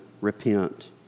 repent